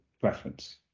preference